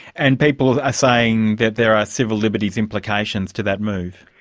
and people are saying that there are civil liberties implications to that move.